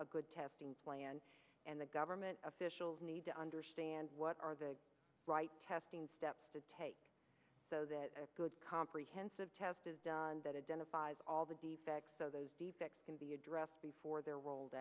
a good testing plan and the government officials need to understand what are the right testing steps to take so that a good comprehensive test is done that identifies all the defects so those defects can be addressed before they're rolled